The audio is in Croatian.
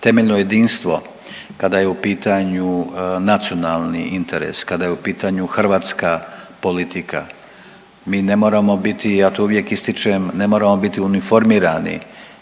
temeljno jedinstvo kada je u pitanju nacionalni interes, kada je u pitanju hrvatska politika. Mi ne moramo biti, ja to uvijek ističem, ne moramo biti uniformirani